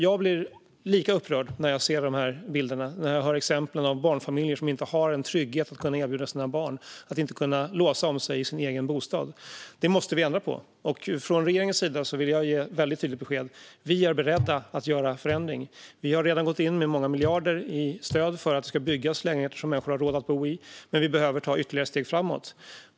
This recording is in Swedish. Jag blir lika upprörd när jag ser bilderna och hör om de exempel där barnfamiljer inte har en trygghet att erbjuda sina barn och inte kan låsa om sig i sin egen bostad. Detta måste vi ändra på. Från regeringens sida vill jag ge ett tydligt besked: Vi är beredda att göra förändringar. Vi har redan gått in med många miljarder i stöd för att det ska byggas lägenheter som människor har råd att bo i, men vi behöver ta ytterligare steg framåt.